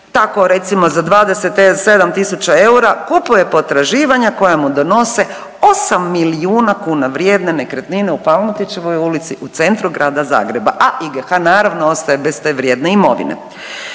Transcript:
Tako recimo za 20 … 7.000 eura kupuje potraživanja koja mu donose osam milijuna kuna vrijedne nekretnine u Palmotićevoj ulici u centru grada Zagreba, a IGH naravno ostaje bez te vrijedne imovine.